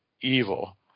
evil